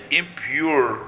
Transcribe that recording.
impure